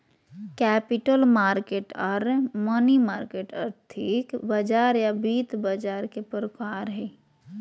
capital market आर money market आर्थिक बाजार या वित्त बाजार के प्रकार हय